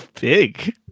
big